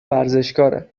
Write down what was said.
ورزشکاره